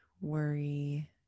worry